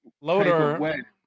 Loader